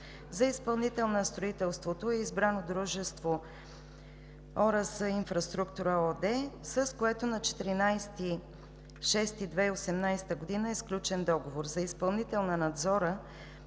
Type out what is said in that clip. За изпълнител на строителството е избрано дружество „ОРС – Инфраструктура“ ООД, с което на 14 юни 2018 г. е сключен договор. За изпълнител на надзора